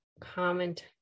Comment